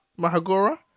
Mahagora